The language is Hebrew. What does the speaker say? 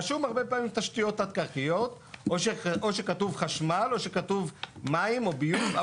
רשום הרבה פעמים תשתיות תת קרקעיות או שכתוב חשמל או כתוב מים או ביוב,